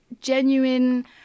genuine